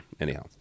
Anyhow